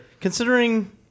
Considering